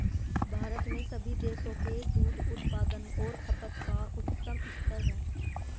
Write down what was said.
भारत में सभी देशों के दूध उत्पादन और खपत का उच्चतम स्तर है